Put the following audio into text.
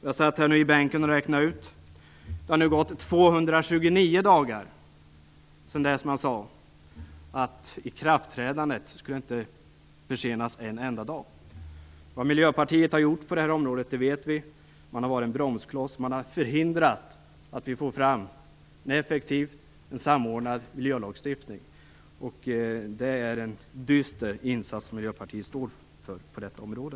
Jag satt nyss här i bänken och räknade ut att det har gått 229 dagar sedan man sade att ikraftträdandet inte skulle försenas med en enda dag. Vad Miljöpartiet har gjort på detta område är, det vet vi, att man har varit en bromskloss. Man har förhindrat att vi får fram en effektiv och samordnad miljölagstiftning. Det är en dyster insats Miljöpartiet står för på detta område.